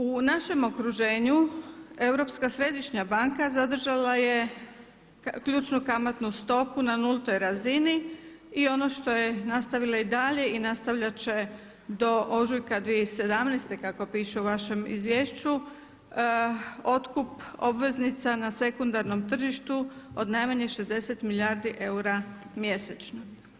U našem okruženju Europska središnja banka zadržala je ključnu kamatnu stopu na nultoj razini i ono što je nastavila i dalje i nastavljat će do ožujka 2017. kako piše u vašem izvješću otkup obveznica na sekundarnom tržištu od najmanje 60 milijardi eura mjesečno.